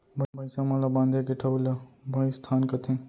भईंसा मन ल बांधे के ठउर ल भइंसथान कथें